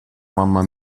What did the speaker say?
mamma